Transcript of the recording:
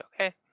Okay